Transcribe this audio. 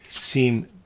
seem